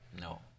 No